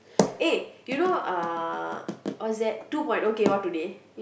eh you know uh what is that two point O came out today